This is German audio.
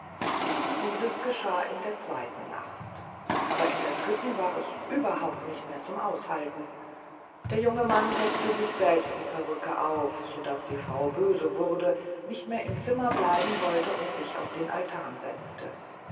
dieses geschah in der zweiten nacht aber in der dritten war es überhaupt nicht mehr zum aushalten der junge mann setzte sich selbst die perücke auf so daß die frau böse wurde nicht mehr im zimmer bleiben wollte und sich auf den altan setzte